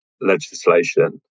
legislation